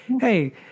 hey